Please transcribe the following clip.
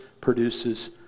produces